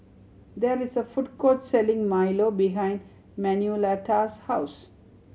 there is a food court selling milo behind Manuelita's house